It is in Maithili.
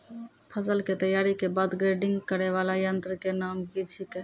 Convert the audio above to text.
फसल के तैयारी के बाद ग्रेडिंग करै वाला यंत्र के नाम की छेकै?